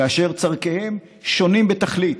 כאשר צורכיהם שונים בתכלית,